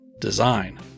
design